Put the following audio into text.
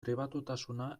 pribatutasuna